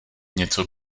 něco